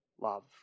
love